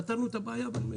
פתרנו את הבעיה בנמלים.